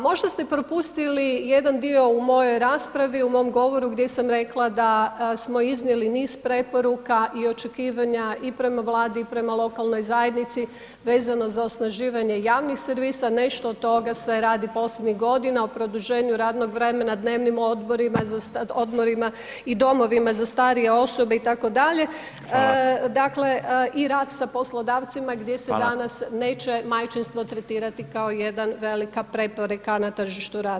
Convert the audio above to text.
Možda ste propustili jedan dio u mojoj raspravi, u mom govoru gdje sam rekla da smo iznijeli niz preporuka i očekivanja i prema Vladi i prema lokalnoj zajednici vezano za osnaživanje javnih servisa, nešto od toga se radi posljednjih godina, o produženju radnog vremena, dnevnim odmorima i domovina za starije osobe itd., dakle i rad sa poslodavcima gdje se danas neće majčinstvo tretirao kao jedna velika prepreka na tržištu rada.